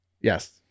Yes